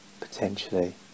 potentially